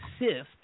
assist